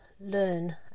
learn